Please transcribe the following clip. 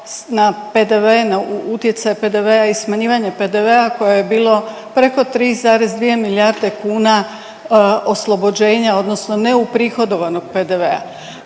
na utjecaj PDV-a i smanjivanje PDV-a koje je bilo preko 3,2 milijarde kuna oslobođenja odnosno neuprihodovanog PDV-a